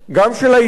גם של הישראלים,